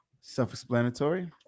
self-explanatory